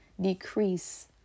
decrease